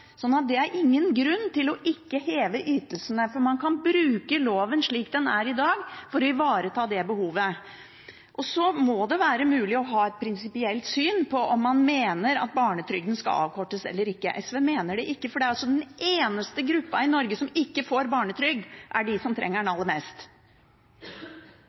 det er ingen grunn til ikke å heve ytelsene, for man kan bruke loven slik den er i dag, for å ivareta det behovet. Så må det være mulig å ha et prinsipielt syn på om barnetrygden skal avkortes eller ikke. SV mener den ikke skal det, for den eneste gruppa i Norge som ikke får barnetrygd, er den som trenger den aller mest.